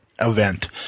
event